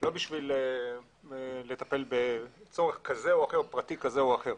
לא בשביל לטפל בצורך פרטי כזה או אחר.